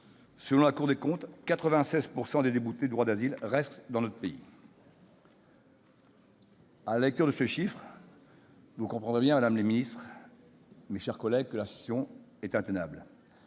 selon la Cour des comptes, 96 % des déboutés du droit d'asile restent dans notre pays. À la lecture de ces chiffres, vous comprenez, madame la ministre, mes chers collègues, que la situation est intenable.